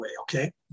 okay